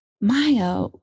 Maya